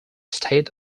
state